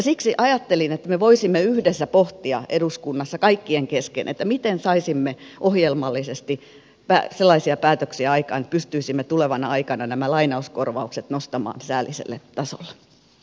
siksi ajattelin että me voisimme yhdessä pohtia eduskunnassa kaikkien kesken miten saisimme ohjelmallisesti sellaisia päätöksiä aikaan että pystyisimme tulevana aikana nämä lainauskorvaukset nostamaan säälliselle tasolle